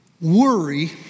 worry